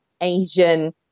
Asian